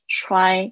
try